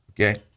Okay